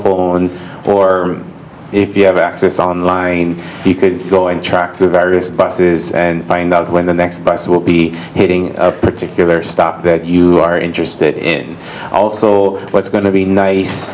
phone or if you have access online you could go and track the various buses and find out when the next bus will be hitting a particular stop that you are interested in also what's going to be nice